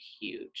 huge